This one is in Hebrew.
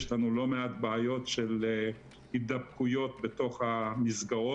יש לנו לא מעט בעיות של הידבקויות בתוך המסגרות.